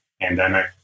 pandemic